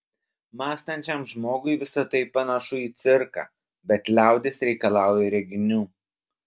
mąstančiam žmogui visa tai panašu į cirką bet liaudis reikalauja reginių